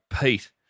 Pete